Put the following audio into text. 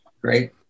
great